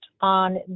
on